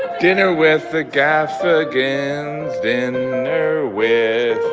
dinner with the gaffigans dinner you know with